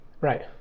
right